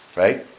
right